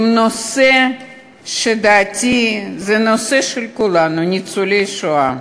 בנושא שלדעתי הוא נושא של כולנו, ניצולי שואה.